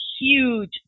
huge